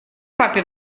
папе